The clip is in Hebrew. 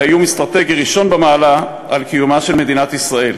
אלא איום אסטרטגי ראשון במעלה על קיומה של מדינת ישראל.